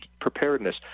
preparedness